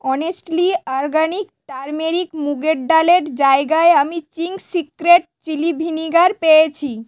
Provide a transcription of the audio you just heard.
honestly organic turmeric মুগের ডালের জায়গায় আমি চিংস সিক্রেট চিলি ভিনিগার পেয়েছি